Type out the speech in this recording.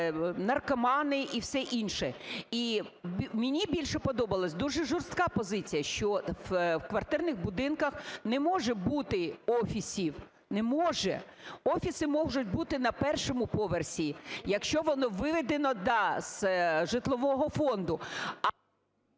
наркомани і все інше. І мені більше подобалася дуже жорстка позиція, що в квартирних будинках не може бути офісів, не може, офіси можуть бути на першому поверсі, якщо воно виведено, да, з житлового фонду.